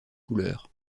couleurs